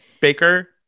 Baker